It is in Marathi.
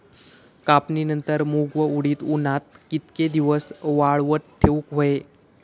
कापणीनंतर मूग व उडीद उन्हात कितके दिवस वाळवत ठेवूक व्हये?